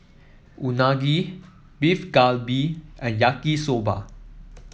Unagi Beef Galbi and Yaki Soba